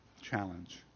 challenge